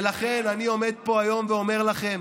לכן אני עומד פה ואומר לכם: